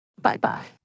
Bye-bye